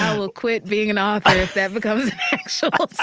yeah will quit being an author if that becomes so ah